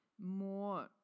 more